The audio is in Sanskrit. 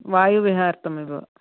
वायु विहार्थम् एव